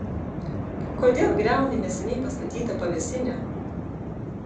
kodėl griauni neseniai pastatytą pavėsinę